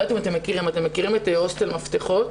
אתם מכירים את הוסטל 'מפתחות'?